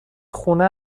خونه